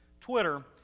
Twitter